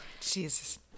Jesus